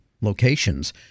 locations